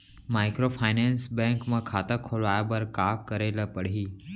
Microfinance bank म खाता खोलवाय बर का करे ल परही?